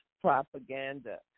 propaganda